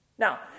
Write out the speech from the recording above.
Now